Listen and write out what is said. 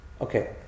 Okay